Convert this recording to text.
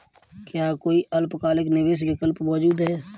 क्या कोई अल्पकालिक निवेश विकल्प मौजूद है?